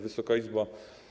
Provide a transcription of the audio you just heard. Wysoka Izbo!